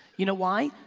you know why,